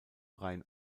rhein